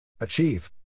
Achieve